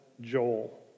Joel